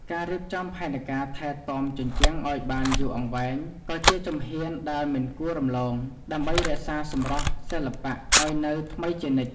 ការរៀបចំផែនការថែទាំជញ្ជាំងឱ្យបានយូរអង្វែង ក៏ជាជំហានដែលមិនគួររំលង ដើម្បីរក្សាសម្រស់សិល្បៈឱ្យនៅថ្មីជានិច្ច។